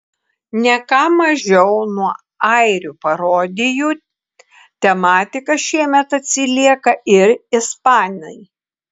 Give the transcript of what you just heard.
ne ką mažiau nuo airių parodijų tematika šiemet atsilieka ir ispanai